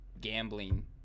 gambling